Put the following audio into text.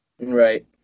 Right